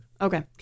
okay